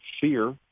fear